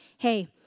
Hey